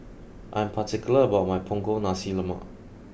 I'm particular about my Punggol Nasi Lemak